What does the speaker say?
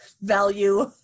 value